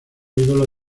ídolos